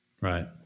Right